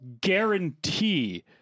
guarantee